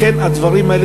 לכן הדברים האלה,